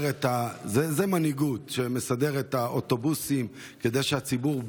זו מנהיגות, מסדר את האוטובוסים כדי שהציבור,